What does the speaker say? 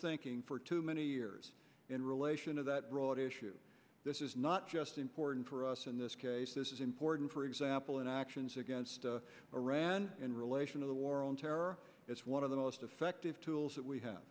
thinking for too many years in relation to that road issue this is not just important for us in this case this is important for example in actions against iran in relation to the war on terror is one of the most effective tools that we have